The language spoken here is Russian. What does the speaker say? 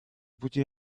пути